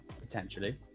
Potentially